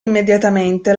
immediatamente